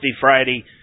Friday